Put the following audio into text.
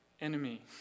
enemy